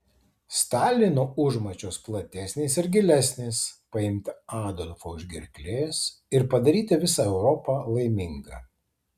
stalino užmačios platesnės ir gilesnės paimti adolfą už gerklės ir padaryti visą europą laimingą